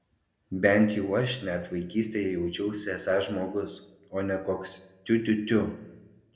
bent jau aš net vaikystėje jaučiausi esąs žmogus o ne koks tiu tiu tiu